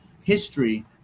history